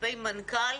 כלפי מנכ"ל,